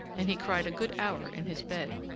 and he cried a good hour in his bed.